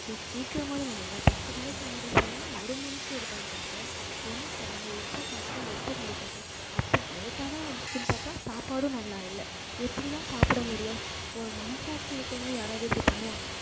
சரி சீக்கிரமாவது வந்தீங்களா பத்து மணிக்கு ஆர்டர் பண்ணால் ஒரு மணிக்கு எடுத்தாந்து தர்றீங்க என்ன சார் நாங்கள் எப்போ சாப்பிட்டு எப்போ முடிக்கிறது அப்போ லேட்டாகதான் வந்திச்சினு பார்த்தா சாப்பாடும் நல்லா இல்லை எப்படிதான் சாப்பிட முடியும் ஒரு மனசாட்சி இருக்கிறவங்க யாராவது இப்படி பண்ணுவாங்களா